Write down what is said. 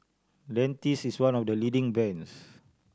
dentiste is one of the leading brands